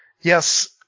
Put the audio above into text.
yes